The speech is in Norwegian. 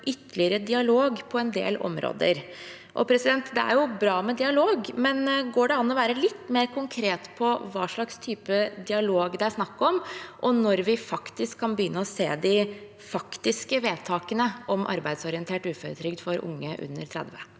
for ytterligere dialog på en del områder. Det er bra med dialog, men går det an å være litt mer konkret på hva slags type dialog det er snakk om, og når vi kan begynne å se de faktiske vedtakene om arbeidsorientert uføretrygd for unge under 30